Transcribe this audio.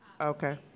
Okay